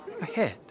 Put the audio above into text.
ahead